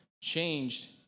changed